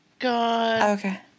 okay